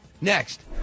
Next